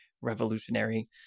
revolutionary